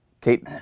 Kate